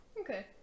Okay